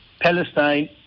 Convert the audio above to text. Palestine